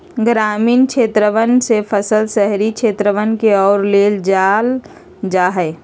ग्रामीण क्षेत्रवन से फसल शहरी क्षेत्रवन के ओर ले जाल जाहई